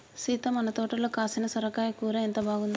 సీత మన తోటలో కాసిన సొరకాయ కూర ఎంత బాగుందో